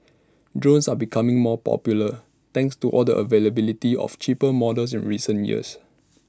drones are becoming more popular thanks to all the availability of cheaper models in recent years